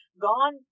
gone